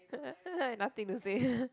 nothing to say